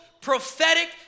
prophetic